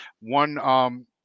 One